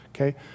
Okay